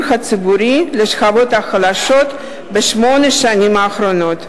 ציבורי לשכבות החלשות בשמונה השנים האחרונות.